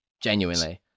Genuinely